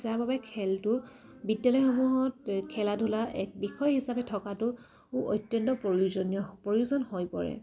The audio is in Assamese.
যাৰবাবে খেলটো বিদ্যালয়সমূহত খেলা ধূলা এক বিষয় হিচাপে থকাটো অত্যন্ত প্ৰয়োজনীয় প্ৰয়োজন হৈ পৰে